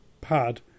pad